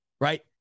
right